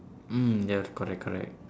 mm ya correct correct